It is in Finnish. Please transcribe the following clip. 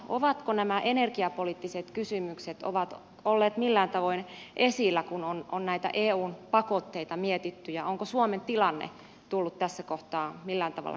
ovatko nämä energiapoliittiset kysymykset olleet millään tavoin esillä kun on näitä eun pakotteita mietitty ja onko suomen tilanne tullut tässä kohtaa millään tavalla keskusteluissa esille